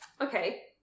Okay